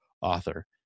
author